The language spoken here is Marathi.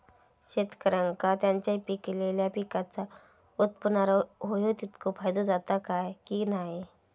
शेतकऱ्यांका त्यांचा पिकयलेल्या पीकांच्या उत्पन्नार होयो तितको फायदो जाता काय की नाय?